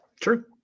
True